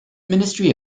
ministry